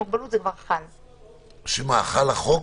חל החוק?